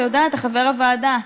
אתה יודע, אתה חבר הוועדה?